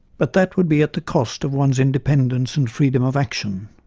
but that would be at the cost of one's independence and freedom of action.